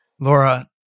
Laura